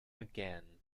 again